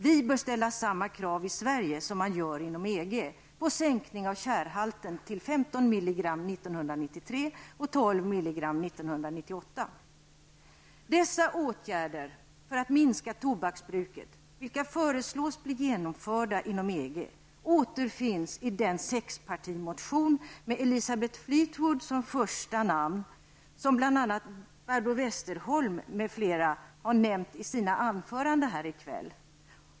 Vi bör ställa samma krav i Sverige som man gör inom Dessa åtgärder för att minska tobaksbruket, vilka föreslås bli genomförda inom EG, återfinns i den sexpartimotion med Elisabeth Fleetwood som första namn som Barbro Westerholm m.fl. har nämnt i sina anföranden i kväll.